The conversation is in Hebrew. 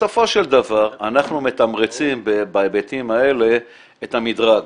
בסופו של דבר אנחנו מתמרצים בהיבטים האלה את המדרג,